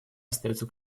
остаются